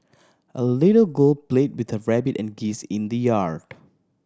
a little girl play with her rabbit and geese in the yard